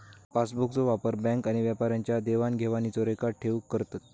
पासबुकचो वापर बॅन्क आणि व्यापाऱ्यांच्या देवाण घेवाणीचो रेकॉर्ड ठेऊक करतत